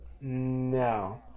No